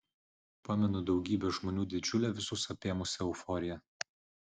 pamenu daugybę žmonių didžiulę visus apėmusią euforiją